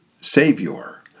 Savior